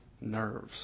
nerves